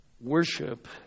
worship